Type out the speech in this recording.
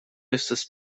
estas